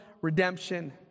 redemption